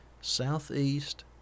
Southeast